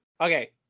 Okay